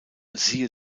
siehe